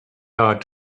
hard